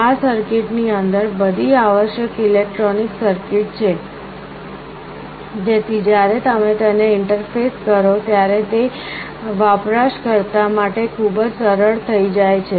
આ સર્કિટ ની અંદર બધી આવશ્યક ઇલેક્ટ્રોનિક સર્કિટ છે જેથી જ્યારે તમે તેને ઇન્ટરફેસ કરો ત્યારે તે વપરાશકર્તા માટે ખૂબ જ સરળ થઈ જાય છે